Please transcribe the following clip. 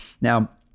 Now